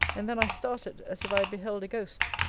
and then i started as if i had beheld a ghost.